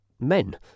men